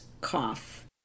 cough